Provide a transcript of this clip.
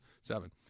Seven